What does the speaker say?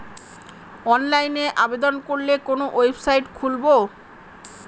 অনলাইনে আবেদন করলে কোন ওয়েবসাইট খুলব?